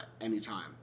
anytime